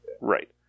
Right